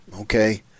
okay